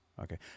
Okay